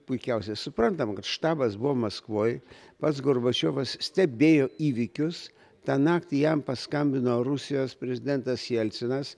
puikiausiai suprantam kad štabas buvo maskvoj pats gorbačiovas stebėjo įvykius tą naktį jam paskambino rusijos prezidentas jelcinas